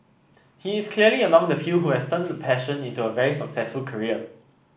he is clearly among the few who has turned a passion into a very successful career